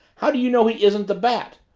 how do you know he isn't the bat?